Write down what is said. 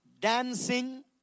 dancing